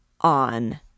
On